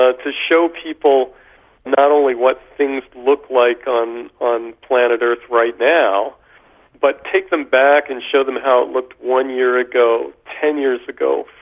ah to show people not only what things look like on on planet earth right now but take them back and show them how it looked one year ago, ten years ago,